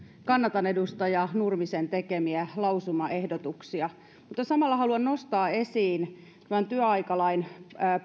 kannatan edustaja nurmisen tekemiä lausumaehdotuksia mutta samalla haluan nostaa esiin muutamia tämän työaikalain